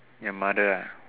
your mother ah